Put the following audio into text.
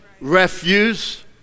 refuse